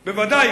בוודאי,